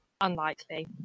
Unlikely